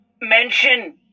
mention